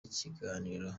ikiganiro